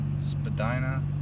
Spadina